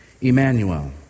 Emmanuel